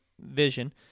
vision